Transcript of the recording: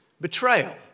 betrayal